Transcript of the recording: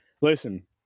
listen